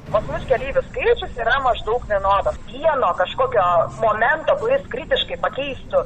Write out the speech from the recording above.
pas mus keleivių skaičius yra maždaug vienodas vieno kažkokio momento kuris kritiškai pakeistų